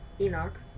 Enoch